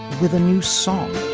with a new song.